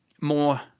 more